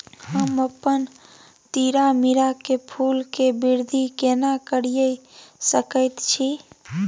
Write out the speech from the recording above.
हम अपन तीरामीरा के फूल के वृद्धि केना करिये सकेत छी?